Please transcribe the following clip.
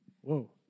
Whoa